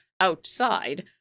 outside